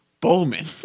Bowman